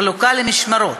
בחלוקה למשמרות.